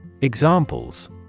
Examples